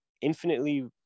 infinitely